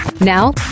Now